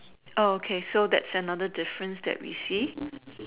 oh okay that's another difference that we see